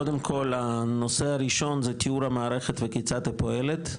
קודם כל הנושא הראשון זה תיאור המערכת וכיצד היא פועלת,